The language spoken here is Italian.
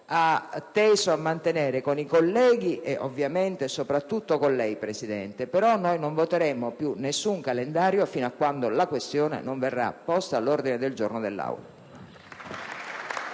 ha teso a mantenere con i colleghi e soprattutto con lei, ma non voteremo più nessun calendario fino a quando la questione non verrà posta all'ordine del giorno dell'Aula.